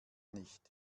nicht